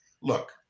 look